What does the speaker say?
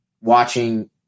watching